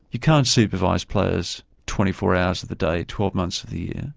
you can't supervise players twenty four hours of the day, twelve months of the